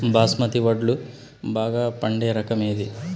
బాస్మతి వడ్లు బాగా పండే రకం ఏది